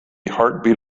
heartbeat